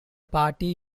party